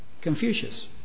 Confucius